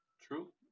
true